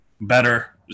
better